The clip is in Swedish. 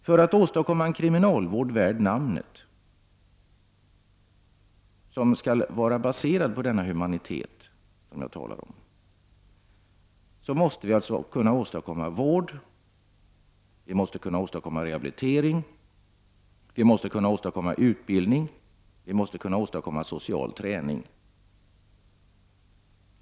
För att åstadkomma en kriminalvård som är värd namnet och som är base rad på denna humanitet som jag talar om, måste vi alltså kunna åstadkomma vård, rehabilitering, utbildning och social träning.